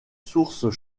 sources